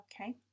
okay